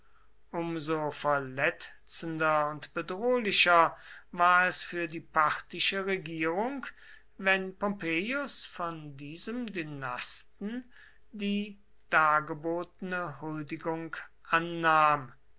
so verletzender und bedrohlicher war es für die parthische regierung wenn pompeius von diesem dynasten die dargebotene huldigung annahm